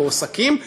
מועסקים,